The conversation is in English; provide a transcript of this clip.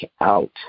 out